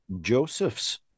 Joseph's